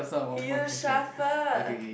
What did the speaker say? you shuffle